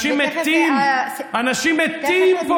אנשים מתים, אנשים מתים פה,